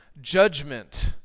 judgment